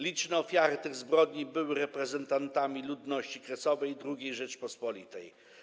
Liczne ofiary tych zbrodni były reprezentantami ludności kresowej II Rzeczypospolitej.